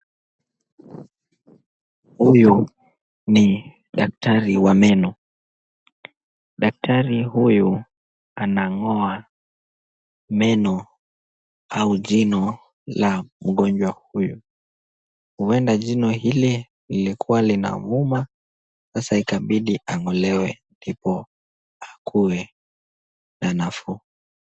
Huyu ni daktari wa meno. Daktari huyo anaangoa meno au jino la mgonjwa huyo. Huenda jino hili lilikuwa lina muuma, sasa ikabidi ang'olewe ndipo akuwe na nafuu.